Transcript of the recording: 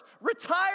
retire